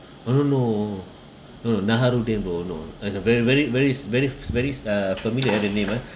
oh no no mm nahar rudin bro no and a very very very very very uh familiar ah the name ah